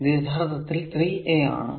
ഇത് യഥാർത്ഥത്തിൽ 3 a ആണ്